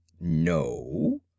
no